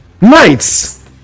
nights